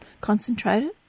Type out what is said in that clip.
concentrated